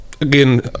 again